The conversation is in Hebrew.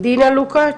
דינה לוקץ',